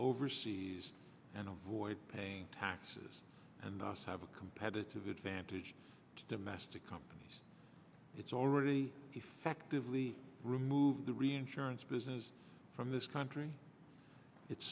overseas and avoid paying taxes and thus have a competitive advantage to domestic companies it's already effectively remove the reinsurance business from this country it's